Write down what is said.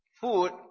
food